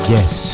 Yes